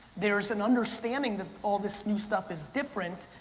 there's an understanding that all this new stuff is different,